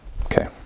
Okay